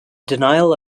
denial